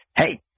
Hey